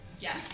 yes